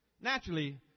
Naturally